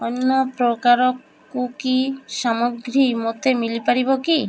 ଅନ୍ୟ ପ୍ରକାରର କୁକି ସାମଗ୍ରୀ ମୋତେ ମିଳିପାରିବ କି